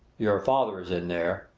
your father is in there,